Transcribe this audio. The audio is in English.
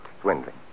swindling